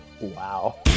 Wow